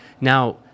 Now